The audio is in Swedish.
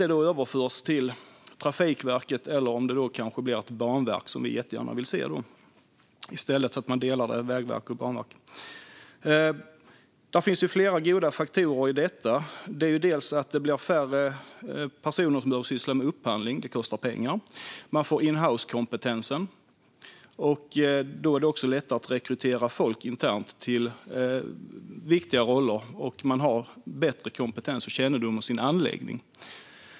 Det borde överföras till Trafikverket eller till det banverk som vi jättegärna skulle vilja ha i stället för en uppdelning av järnväg och banverk. Här finns flera goda faktorer. Färre personer behöver syssla med upphandling, vilket kostar pengar. Man får in-house-kompetens. Det gör det lättare att rekrytera folk internt till viktiga roller. Man har bättre kompetens och kännedom om sin anläggning.